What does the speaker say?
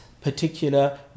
particular